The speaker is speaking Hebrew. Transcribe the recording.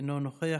אינו נוכח.